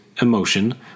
emotion